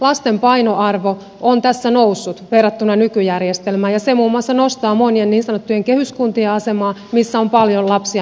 lasten painoarvo on tässä noussut verrattuna nykyjärjestelmään ja se muun muassa nostaa monien niin sanottujen kehyskuntien asemaa missä on paljon lapsi ja nuorisoikäluokkia